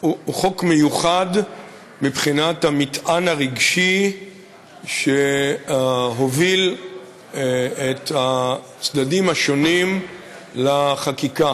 הוא חוק מיוחד מבחינת המטען הרגשי שהוביל את הצדדים השונים לחקיקה,